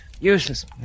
Useless